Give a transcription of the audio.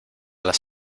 las